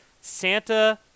Santa